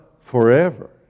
Forever